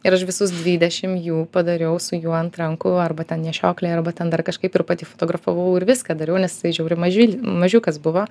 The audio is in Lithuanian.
ir až visus dvidešimt jų padariau su juo ant rankų arba ten nešioklėj arba ten dar kažkaip ir pati fotografavau ir viską dariau nes jiasi žiauriai mažyl mažiukas buvo